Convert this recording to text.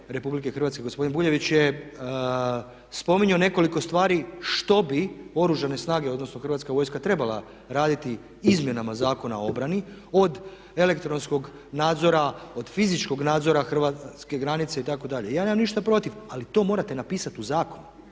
obrane RH gospodin Buljević je spominjao nekoliko stvari što bi Oružane snage, odnosno Hrvatska vojska trebala raditi izmjenama Zakona o obrani od elektronskog nadzora, od fizičkog nadzora hrvatske granice itd. Ja nemam ništa protiv, ali to morate napisati u zakonu.